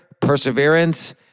perseverance